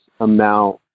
amount